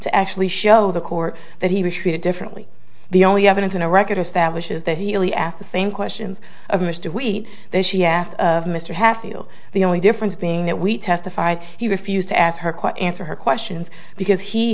to actually show the court that he was treated differently the only evidence in a record establishes that he only asked the same questions of mr wheat that she asked of mr hatfield the only difference being that we testified he refused to ask her quite answer her questions because he